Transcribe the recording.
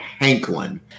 Hanklin